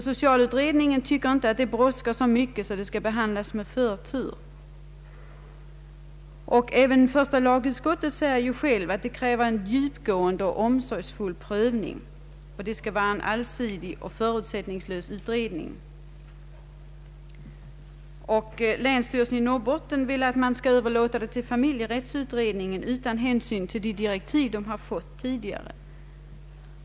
Socialutredningen tycker inte att frågan brådskar så mycket att den skall behandlas med förtur. Även första lagutskottet säger att frågan kräver en djupgående och omsorgsfull prövning, en allsidig och förutsättningslös utredning. Länsstyrelsen i Norrbottens län vill att frågan skall överlämnas till familjerättsutredningen, utan hänsyn till de direktiv som utredningen tidigare har fått.